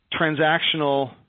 transactional